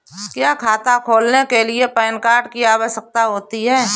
क्या खाता खोलने के लिए पैन कार्ड की आवश्यकता होती है?